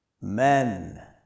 Men